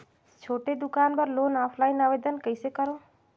छोटे दुकान बर लोन ऑफलाइन आवेदन कइसे करो?